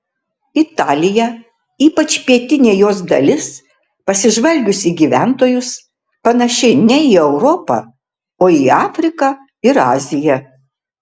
italija ypač pietinė jos dalis pasižvalgius į gyventojus panaši ne į europą o į afriką ir aziją